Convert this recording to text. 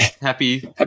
Happy